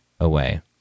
away